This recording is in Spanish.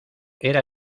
era